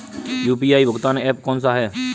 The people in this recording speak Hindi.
यू.पी.आई भुगतान ऐप कौन सा है?